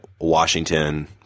Washington